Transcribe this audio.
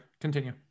continue